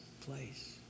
place